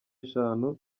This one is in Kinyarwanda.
eshanu